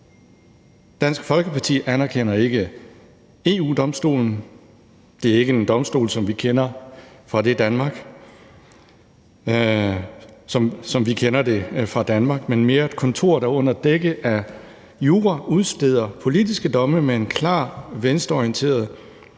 Dansk Folkeparti anerkender ikke EU-Domstolen. Det er ikke en domstol, som vi kender det fra Danmark, men mere et kontor, der under dække af jura udsteder politiske domme med en klart venstreorienteret